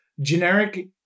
generic